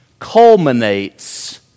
culminates